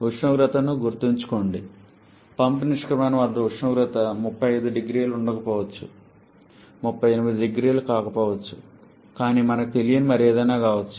ఉష్ణోగ్రతను గుర్తుంచుకోండి పంప్ నిష్క్రమణ వద్ద ఉష్ణోగ్రత 350C ఉండకపోవచ్చు 380C కాకపోవచ్చు కూడా అది మనకు తెలియని మరేదైనా కావచ్చు